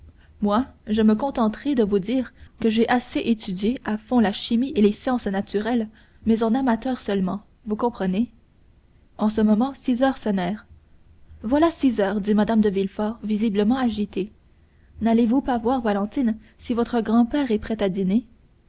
moi je me contenterai de vous dire que j'ai assez étudié à fond la chimie et les sciences naturelles mais en amateur seulement vous comprenez en ce moment six heures sonnèrent voilà six heures dit mme de villefort visiblement agitée n'allez-vous pas voir valentine si votre grand-père est prêt à dîner